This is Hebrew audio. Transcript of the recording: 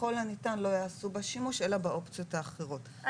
ככל הניתן לא יעשו בה שימוש אלא באופציות האחרות,